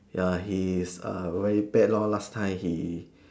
ya he's a very bad lor last time he